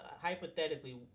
hypothetically